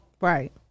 Right